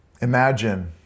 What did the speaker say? Imagine